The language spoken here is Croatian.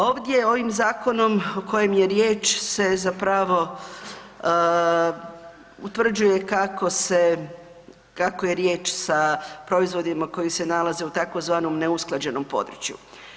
Ovdje ovim zakonom o kojem je riječ se zapravo utvrđuje kako se, kako je riječ sa proizvodima koji se nalaze u tzv. neusklađenom području.